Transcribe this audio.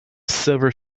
silver